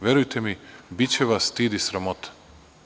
Verujte mi, biće vas stid i sramota.